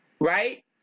right